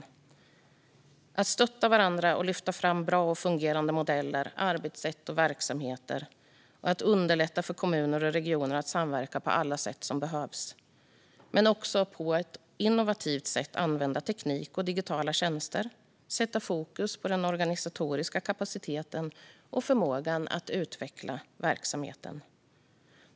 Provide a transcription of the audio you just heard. Det handlar om att stötta varandra och lyfta fram bra och fungerande modeller, arbetssätt och verksamheter samt om att underlätta för kommuner och regioner att samverka på alla sätt som behövs. Det handlar också om att på ett innovativt sätt använda teknik och digitala tjänster och om att sätta fokus på den organisatoriska kapaciteten och förmågan att utveckla verksamheten.